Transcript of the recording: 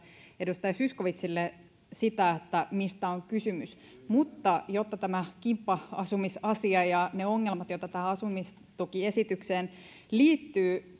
edustaja zyskowiczille sitä mistä on kysymys mutta jotta tämä kimppa asumisasia ja ne ongelmat joita tähän asumistukiesitykseen liittyy